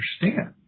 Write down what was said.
understand